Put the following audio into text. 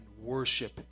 worship